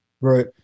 Right